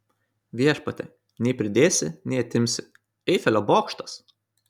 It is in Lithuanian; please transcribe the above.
viešpatie nei pridėsi nei atimsi eifelio bokštas